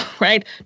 right